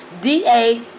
DA